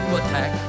attack